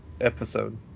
episode